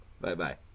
Bye-bye